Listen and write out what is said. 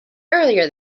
earlier